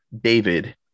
David